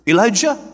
Elijah